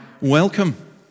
welcome